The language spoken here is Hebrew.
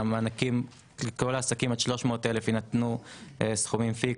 לכל העסקים עד 300,000 יינתנו סכומים פיקס